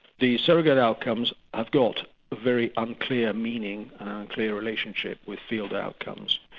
the surrogate outcomes have got very unclear meaning, an unclear relationship with field outcomes.